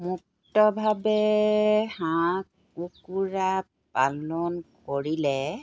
মুক্তভাৱে হাঁহ কুকুৰা পালন কৰিলে